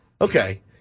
Okay